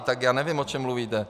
Tak já nevím, o čem mluvíte.